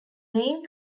wayne